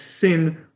sin